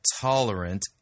tolerant